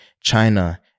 China